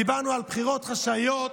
דיברנו על בחירות חשאיות.